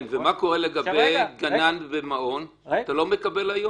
מה קורה לגבי גנן ומעון אתה לא מקבל היום?